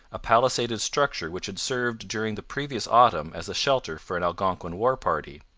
a palisaded structure which had served during the previous autumn as a shelter for an algonquin war-party.